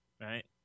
Right